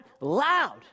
loud